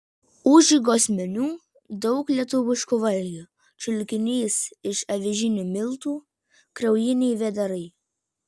užeigos meniu daug lietuviškų valgių čiulkinys iš avižinių miltų kraujiniai vėdarai